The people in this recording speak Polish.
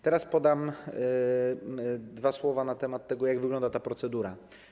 Teraz powiem dwa słowa na temat tego, jak wygląda ta procedura.